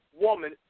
woman